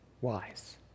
wise